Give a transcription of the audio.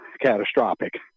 catastrophic